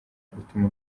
gutuma